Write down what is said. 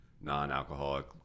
non-alcoholic